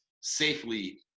safely